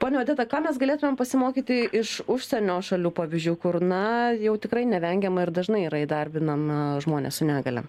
ponia odeta ką mes galėtumėm pasimokyti iš užsienio šalių pavyzdžių kur na jau tikrai nevengiama ir dažnai yra įdarbinama žmonės su negalia